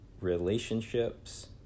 relationships